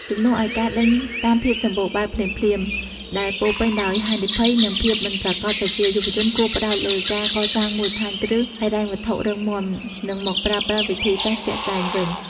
ជំនួសឱ្យការដេញតាមភាពសម្បូរបែបភ្លាមៗ ដែលពោរពេញដោយហានិភ័យ និងភាពមិនប្រាកដប្រជា យុវជនគួរផ្តោតលើការកសាងមូលដ្ឋានគ្រឹះហិរញ្ញវត្ថុរឹងមាំ និងមកប្រើប្រាស់វិធីសាស្រ្តជាក់ស្តែងវិញ។